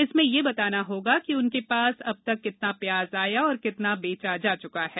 इसमें यह बताना होगा कि उसके पास अब तक कितना प्याज आया और कितना बेचा जा चुका है